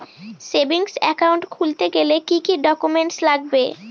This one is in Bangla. সেভিংস একাউন্ট খুলতে গেলে কি কি ডকুমেন্টস লাগবে?